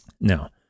now